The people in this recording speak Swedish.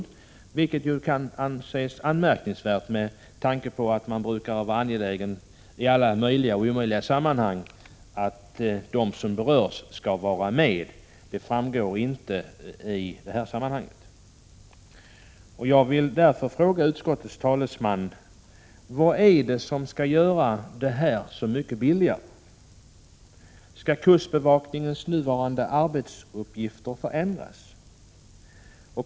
Det kan anses Prot. 1986/87:133 anmärkningsvärt med tanke på att det brukar vara angeläget i alla möjliga ljuni 1987 och omöjliga sammanhang att de som berörs av en utredning skall vara med. Det framgår inte i detta sammanhang. Jag vill därför fråga utskottets talesman: Vad är det som skall göra det här så mycket billigare? Skall kustbevakningens nuvarande arbetsuppgifter förändras?